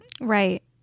right